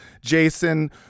jason